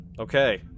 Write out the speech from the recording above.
Okay